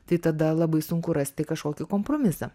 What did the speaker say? tai tada labai sunku rasti kažkokį kompromisą